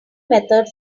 method